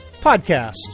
Podcast